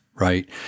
Right